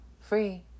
Free